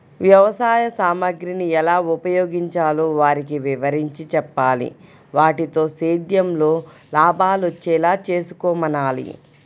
వ్యవసాయ సామగ్రిని ఎలా ఉపయోగించాలో వారికి వివరించి చెప్పాలి, వాటితో సేద్యంలో లాభాలొచ్చేలా చేసుకోమనాలి